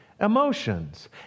emotions